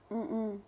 mm mm